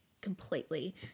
completely